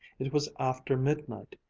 it was after midnight.